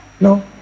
No